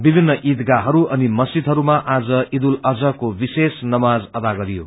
विभिन्न इदगाहहरू अनि मस्जीदहरूमा आज इद उल अजह को विशेष नमाज अदा गरियो